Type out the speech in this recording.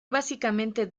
básicamente